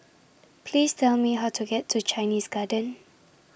Please Tell Me How to get to Chinese Garden